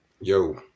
yo